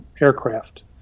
aircraft